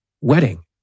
wedding